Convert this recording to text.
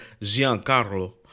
Giancarlo